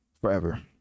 forever